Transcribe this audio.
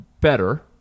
better